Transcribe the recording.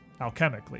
Alchemically